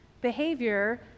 behavior